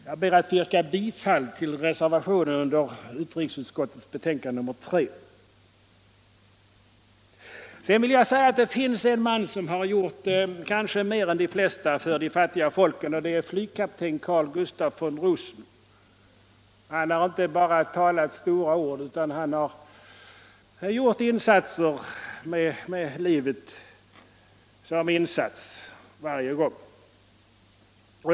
Jag ber att få yrka bifall till reservationen vid utrikesutskottets betänkande nr 3. i Sedan vill jag säga att det finns en man som kanske har gjort mer än de flesta för de fattiga folken, och det är flygkapten Carl Gustaf von Rosen. Han har inte bara talat stora ord, utan han har arbetat med livet som insats varje gång.